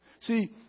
See